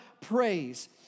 praise